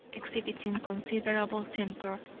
exhibiting considerable temper,